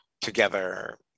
together